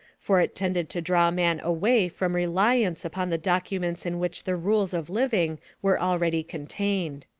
for it tended to draw man away from reliance upon the documents in which the rules of living were already contained.